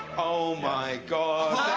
oh my god!